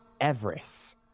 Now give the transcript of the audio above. Everest